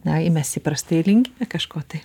na ir mes įprastai linkime kažko tai